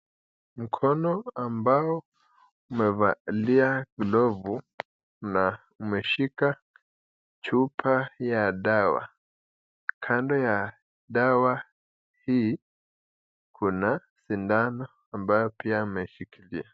Mkono ambao umevalia glovu na umeshika chupa ya dawa. Kando ya dawa hii kuna sindano ambayo pia umeshikilia.